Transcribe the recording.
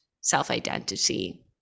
self-identity